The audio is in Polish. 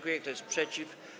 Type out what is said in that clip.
Kto jest przeciw?